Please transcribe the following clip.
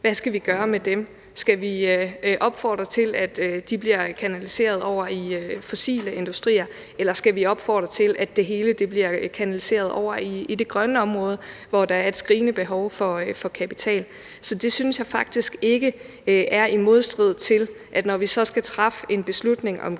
hvad skal vi gøre med dem? Skal vi opfordre til, at de bliver kanaliseret over i fossile industrier? Eller skal vi opfordre til, at det hele bliver kanaliseret over i det grønne område, hvor der er et skrigende behov for kapital? Så jeg synes faktisk ikke, at det, når vi skal træffe en beslutning om, om det